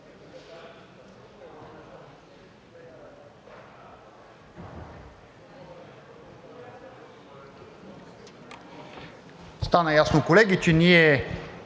Стана ясно, колеги, че ние